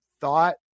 thought